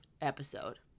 episode